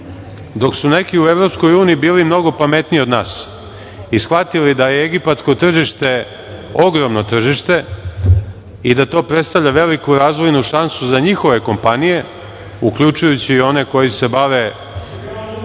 dok su neki u EU bili mnogo pametniji od nas i shvatili da je egipatsko tržište ogromno tržište i da to predstavlja veliku razvojnu šansu za njihove kompanije, uključujući i one koji se bave